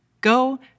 Go